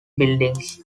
buildings